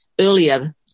earlier